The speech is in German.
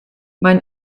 mein